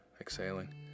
exhaling